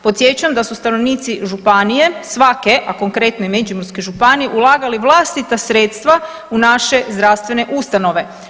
Podsjećam da su stanovnici županije svake, a konkretno i Međimurske županije ulagali vlastita sredstva u naše zdravstvene ustanove.